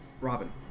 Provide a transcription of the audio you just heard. Robin